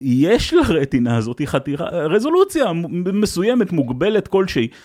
יש לרטינה הזאת חתיכה, רזולוציה מסוימת מוגבלת כלשהי.